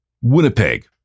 Winnipeg